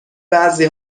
بعضی